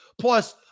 Plus